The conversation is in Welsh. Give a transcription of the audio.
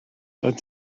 doedd